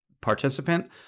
participant